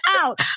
out